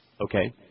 Okay